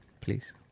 please